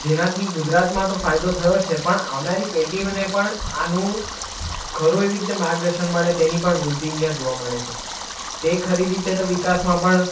જેનાથી ગુજરાતમાં તો ફાયદો થયો જ છે પણ આવનારી પેઢીઓને પણ આનું ખરું એવી રીતે માર્ગદર્શન મળે તેની પણ વૃદ્ધિ અહીંયાં જોવા મળે છે તે ખરી રીતે તો વિકાસમાં પણ